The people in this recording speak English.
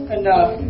enough